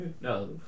No